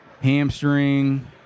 hamstring